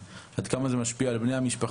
אלא עד כמה זה משפיע על בני המשפחה.